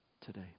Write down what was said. today